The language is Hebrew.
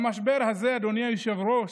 במשבר הזה, אדוני היושב-ראש,